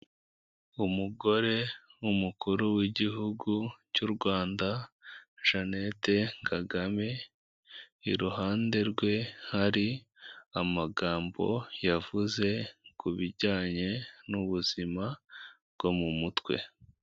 Umugore w'Umukuru w'Igihugu cy'u Rwanda Jeannette Kagame, iruhande rwe hari amagambo yavuze ku bijyanye n'ubuzima bwo mu mutwe.